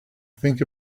think